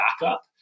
backup